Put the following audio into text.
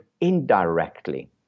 indirectly